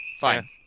Fine